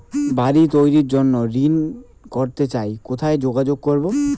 বাড়ি তৈরির জন্য ঋণ করতে চাই কোথায় যোগাযোগ করবো?